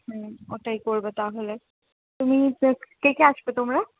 ওটাই করবে তাহলে তুমি কে কে আসবে তোমরা